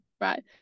right